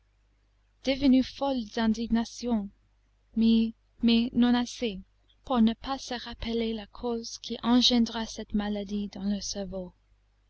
devenues folles d'indignation mais non assez pour ne pas se rappeler la cause qui engendra cette maladie dans leur cerveau